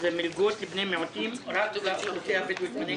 אלה שיש להם משנה שעברה כל מיני עודפים אז יש איתם